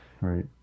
right